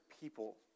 people